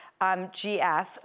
GF